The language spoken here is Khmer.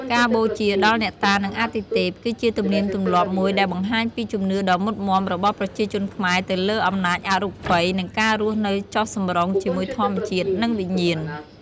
ការបូជាដល់អ្នកតា និងអាទិទេព គឺជាទំនៀមទម្លាប់មួយដែលបង្ហាញពីជំនឿដ៏មុតមាំរបស់ប្រជាជនខ្មែរទៅលើអំណាចអរូបី និងការរស់នៅចុះសម្រុងជាមួយធម្មជាតិ និងវិញ្ញាណ។